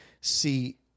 see